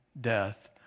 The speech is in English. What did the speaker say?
death